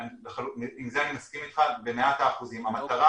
עם זה אני מסכים איתך במאת האחוזים, המטרה